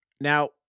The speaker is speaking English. Now